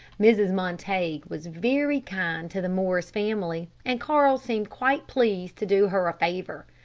mrs. montague was very kind to the morris family, and carl seemed quite pleased to do her a favor.